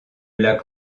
lac